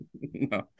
no